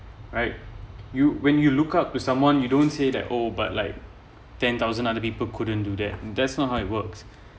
right you when you look up to someone you don't say that oh but like ten thousand other people couldn't do that that's not how it works